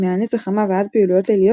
מהנץ החמה ועד פעילויות ליליות,